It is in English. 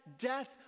death